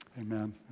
Amen